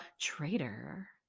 Traitor